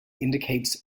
indicates